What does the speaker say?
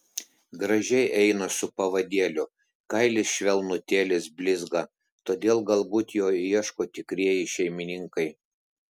gražiai eina su pavadėliu kailis švelnutėlis blizga todėl galbūt jo ieško tikrieji šeimininkai